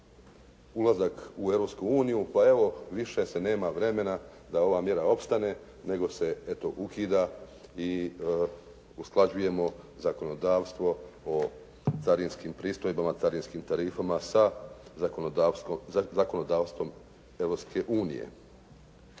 Europsku uniju pa evo više se nema vremena da ova mjera opstane nego se eto ukida i usklađujemo zakonodavstvo o carinskim pristojbama, carinskim tarifama sa zakonodavstvom